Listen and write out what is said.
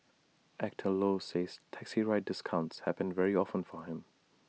Actor low says taxi ride discounts happen very often for him